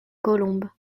colombes